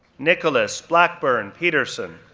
nicolas blackburn peterson,